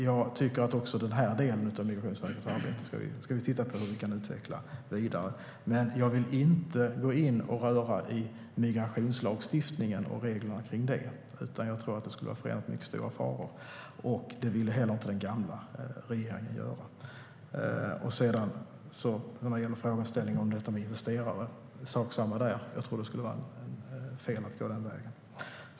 Jag tycker att vi ska titta på hur vi kan utveckla också den delen av Migrationsverkets arbete vidare, men jag vill inte gå in och röra i migrationslagstiftningen och reglerna kring den. Jag tror att det skulle vara förenat med mycket stora faror. Inte heller den tidigare regeringen ville göra det. När det gäller frågeställningen om investerare är det samma sak där; jag tror att det skulle vara fel att gå den vägen.